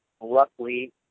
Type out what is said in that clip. luckily